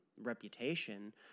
reputation